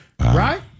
right